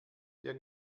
der